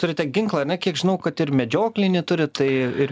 turite ginklą ar ne kiek žinau kad ir medžioklinį turit tai ir